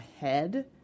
head